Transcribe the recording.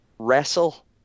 wrestle